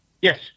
Yes